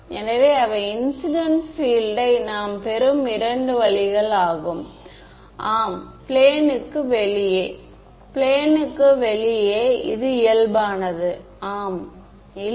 எனவே x y z இவை 3 ம் தன்னிச்சையாக வரையறுக்கப்பட்ட திசைகள் x×H y×H z×H உடன் இல்லை